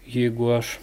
jeigu aš